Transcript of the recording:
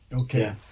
Okay